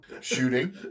shooting